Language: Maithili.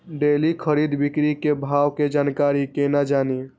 डेली खरीद बिक्री के भाव के जानकारी केना जानी?